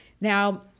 Now